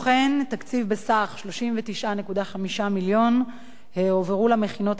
תקציב בסך 39.5 מיליון הועברו למכינות הקדם-אקדמיות